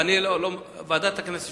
ועדת הכנסת